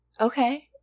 okay